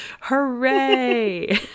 hooray